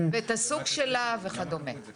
את הסוג שלה וכדומה.